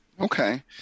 okay